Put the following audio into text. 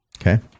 Okay